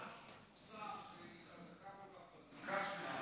אין אף קבוצה שהיא חזקה,